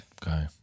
Okay